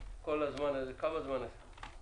כמה זמן זה נעשה?